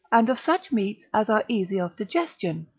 and of such meats as are easy of digestion,